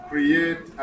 create